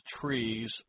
trees